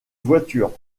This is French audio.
voitures